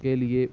کے لیے